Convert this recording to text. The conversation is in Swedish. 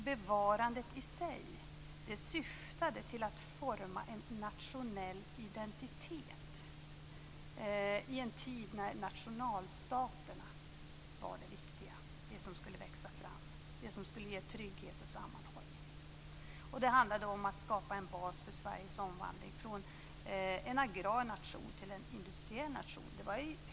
Bevarandet i sig syftade till att forma en nationell identitet i en tid när nationalstaterna var det viktiga - det som skulle växa fram, det som skulle ge trygghet och sammanhållning. Det handlade om att skapa en bas för Sveriges omvandling från en agrar nation till en industriell nation.